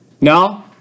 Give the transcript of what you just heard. No